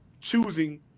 choosing